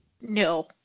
No